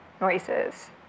noises